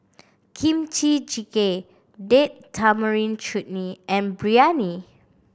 Kimchi Jjigae Date Tamarind Chutney and Biryani